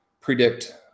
predict